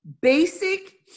basic